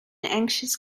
anxious